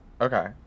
Okay